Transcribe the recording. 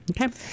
Okay